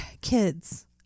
kids